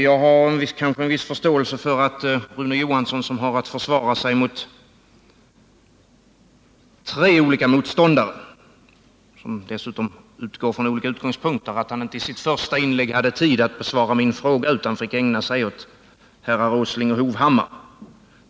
Jag har viss förståelse för att Rune Johansson, som har att försvara sig mot tre olika motståndare, som dessutom utgår från olika utgångspunkter, inte i sitt första inlägg hade tid att besvara min fråga utan fick ägna sig åt Nils Åsling och Erik Hovhammar.